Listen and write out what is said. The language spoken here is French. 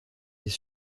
des